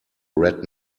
red